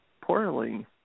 poorly